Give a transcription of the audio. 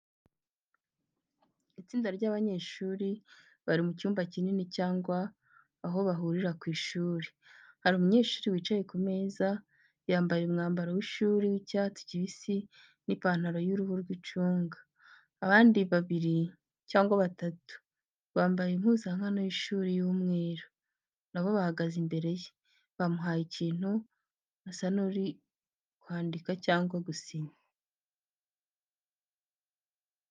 Itsinda ry’abanyeshuri bari mu cyumba kinini cyangwa aho bahurira ku ishuri. Hari umunyeshuri wicaye ku meza yambaye umwambaro w’ishuri w’icyatsi kibisi n’ipantaro y’uruhu rw’icunga, abandi babiri cyangwa batatu bambaye impuzankano y’ishuri y’umweru, na bo bahagaze imbere ye, bamuhaye ikintu asa n’uri kwandika cyangwa gusinya.